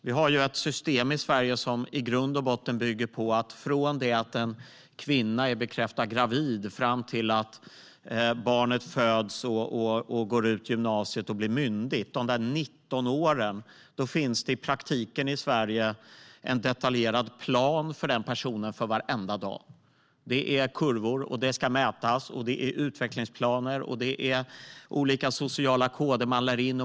Vi har ju ett system i Sverige som bygger på att från det att en kvinna är bekräftat gravid fram till att barnet föds, går ut gymnasiet och blir myndigt, under de 19 åren, finns det i praktiken en detaljerad plan för den personen för varenda dag. Det är kurvor, och det ska mätas. Det är utvecklingsplaner, och det är olika sociala koder man lär in.